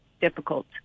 difficult